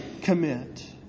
commit